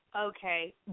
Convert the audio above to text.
okay